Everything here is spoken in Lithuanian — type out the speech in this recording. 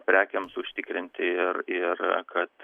prekėms užtikrinti ir ir kad